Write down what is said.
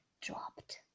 dropped